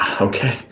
okay